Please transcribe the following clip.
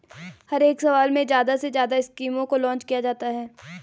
हर एक साल में ज्यादा से ज्यादा स्कीमों को लान्च किया जाता है